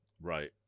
Right